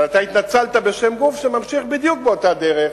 אבל אתה התנצלת בשם גוף, שממשיך בדיוק באותה דרך.